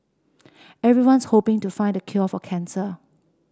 everyone's hoping to find the cure for cancer